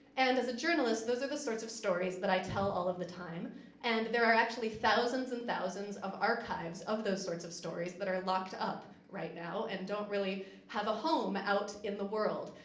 and as a journalist those are the sorts of stories that i tell all of the time and they're actually thousands and thousands of archives of those sorts of stories that are locked up right now and don't really have a home out in the world.